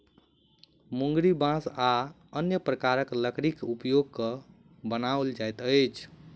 मुंगरी बाँस आ अन्य प्रकारक लकड़ीक उपयोग क के बनाओल जाइत अछि